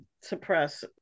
suppress